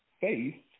faith